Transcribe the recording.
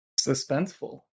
Suspenseful